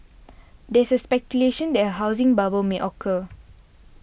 there is speculation that a housing bubble may occur